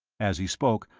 as he spoke,